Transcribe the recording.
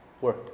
work